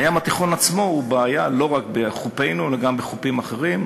הים התיכון עצמו הוא בעיה לא רק בחופינו אלא גם בחופים אחרים.